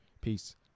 Peace